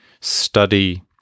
Study